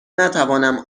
نتوانم